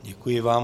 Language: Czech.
Děkuji vám.